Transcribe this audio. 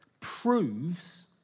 proves